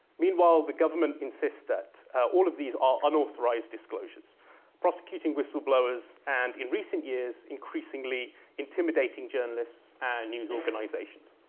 meanwhile, the government insists that all of these are unauthorized disclosures prosecuting whistle-blowers and in recent years increasingly intimidating journalists and news organizations.